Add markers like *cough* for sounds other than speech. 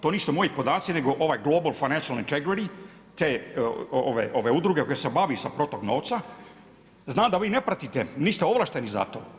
To nisu moji podaci, nego ovaj Global Financial … *unintelligible* te udruge koji se bavi sa protokom novca, zna da vi ne pratite, niste ovlašteni za to.